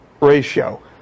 ratio